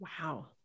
Wow